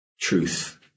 truth